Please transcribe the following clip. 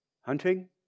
Hunting